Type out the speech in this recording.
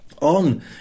on